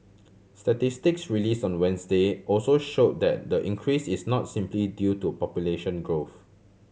statistics release on Wednesday also show that the increase is not simply due to population growth